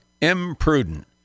imprudent